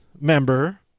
member